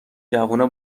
جوونا